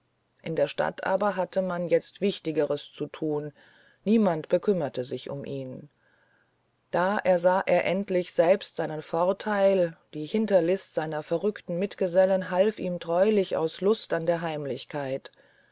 in der stadt aber hatte man jetzt wichtigeres zu tun niemand bekümmerte sich um ihn da ersah er endlich selbst seinen vorteil die hinterlist seiner verrückten mitgesellen half ihm treulich aus lust an der heimlichkeit